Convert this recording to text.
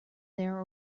their